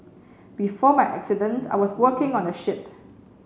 before my accident I was working on a ship